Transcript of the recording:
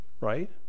right